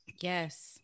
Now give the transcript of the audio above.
Yes